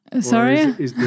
Sorry